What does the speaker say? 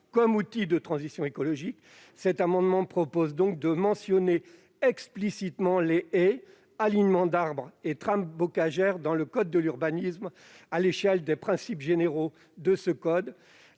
comme outils de transition écologique, nous proposons de mentionner explicitement les haies, alignements d'arbres et trames bocagères dans le code de l'urbanisme, tant à l'échelle des principes généraux dudit code